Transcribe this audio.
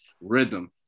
rhythm